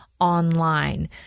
online